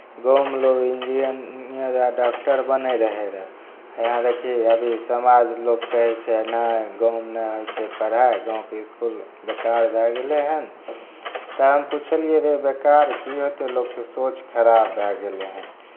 गाँवमे लोग इंजीनियर आ डाक्टर बनैत रहय रहए यहाँ देखही अभी समाज लोक कहै छै नहि गाँवमे नहि होइत छै पढ़ाइ गाँवके इसकुल बेकार भए गेलै हन तेँ हम पूछलियै रे बेकार की होतै लोकके सोच खराब भए गेलै हन